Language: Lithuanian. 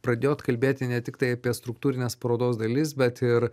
pradėjot kalbėti ne tiktai apie struktūrines parodos dalis bet ir